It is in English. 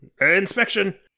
Inspection